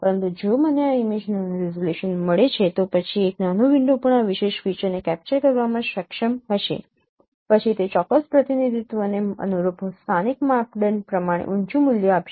પરંતુ જો મને આ ઇમેજનું નાનું રિઝોલ્યુશન મળે છે તો પછી એક નાનો વિન્ડો પણ આ વિશેષ ફીચરને કેપ્ચર કરવામાં સક્ષમ હશે પછી તે ચોક્કસ પ્રતિનિધિત્વને અનુરૂપ સ્થાનિક માપદંડ પ્રમાણે ઊંચું મૂલ્ય આપશે